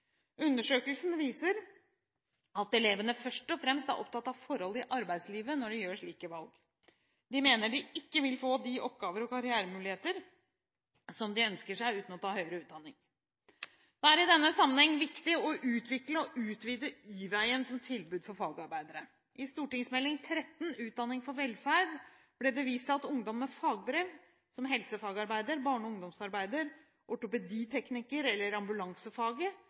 Undersøkelsen viser at elevene først og fremst er opptatt av forhold i arbeidslivet når de gjør slike valg. De mener de ikke vil få de oppgaver og karrieremuligheter som de ønsker seg uten å ta høyere utdanning. Det er i denne sammenhengen viktig å utvikle og utvide Y-veien som tilbud for fagarbeidere. I Meld. St. 13 for 2011–2012 Utdanning for velferd ble det vist til at ungdom med fagbrev som helsefagarbeider, barne- og ungdomsarbeider, ortopeditekniker eller i ambulansefaget